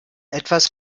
etwas